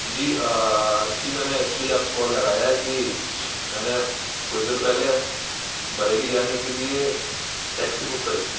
جی جی میں نے اس لیے آپ کو کال لگایا ہے کہ میں نے کچھ دیر پہلے بریلی جانے کے لیے ٹیکسی بک کری تھی